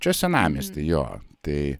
čia senamiesty jo tai